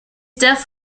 death